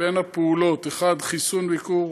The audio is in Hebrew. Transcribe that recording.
בין הפעולות: חיסון ועיקור